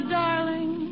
darling